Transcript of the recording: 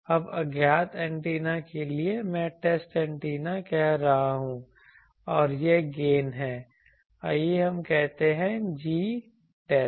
अब अज्ञात एंटीना के लिए मैं टेस्ट एंटीना कह रहा हूं और यह गेन है आइए हम कहते हैं G टेस्ट